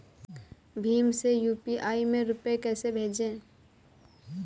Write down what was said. भीम से यू.पी.आई में रूपए कैसे भेजें?